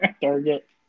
Target